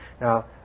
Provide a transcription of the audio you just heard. now